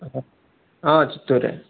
చిత్తూరే